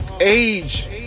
age